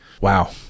Wow